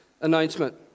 announcement